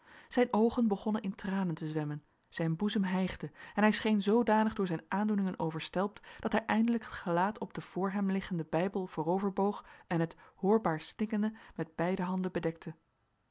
zijn oogen begonnen in tranen te zwemmen zijn boezem hijgde en hij scheen zoodanig door zijn aandoeningen overstelpt dat hij eindelijk het gelaat op den voor hem liggenden bijbel voorover boog en het hoorbaar snikkende met beide handen bedekte